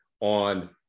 on